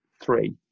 three